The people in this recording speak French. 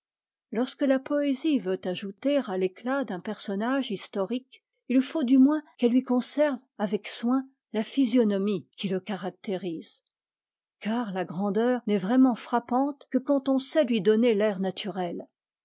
lorsque la poésie veut ajouter à l'éclat d'un personnage historique il faut du moins qu'elle lui conserve avec soin la physionomie qui le caractérise car la grandeur n'est vraiment frappante que quand on sait lui donner l'air naturel